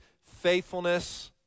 faithfulness